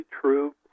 true